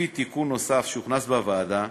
לפי תיקון נוסף שהוכנס בוועדה,